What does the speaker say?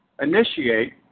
initiate